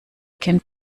kennt